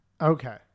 Okay